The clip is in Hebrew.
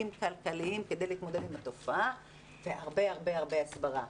כלכליים כדי להתמודד עם התופעה והרבה הרבה הסברה.